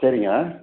சரிங்க